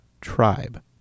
tribe